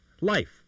life